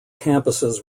campuses